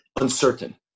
uncertain